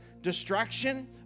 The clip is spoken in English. distraction